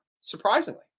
Surprisingly